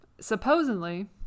supposedly